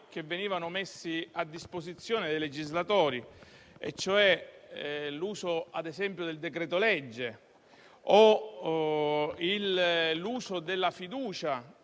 strumenti messi a disposizione dei legislatori - cioè l'uso del decreto-legge o della fiducia